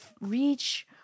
reach